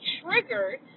triggered